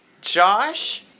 Josh